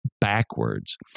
backwards